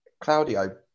Claudio